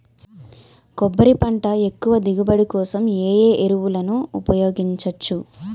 కొబ్బరి పంట ఎక్కువ దిగుబడి కోసం ఏ ఏ ఎరువులను ఉపయోగించచ్చు?